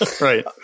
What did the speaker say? Right